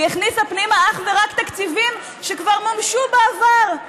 היא הכניסה פנימה אך ורק תקציבים שכבר מומשו בעבר.